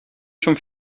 schon